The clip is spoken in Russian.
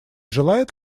желает